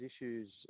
issues